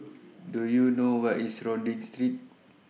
Do YOU know Where IS Rodyk Street